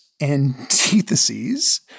Antitheses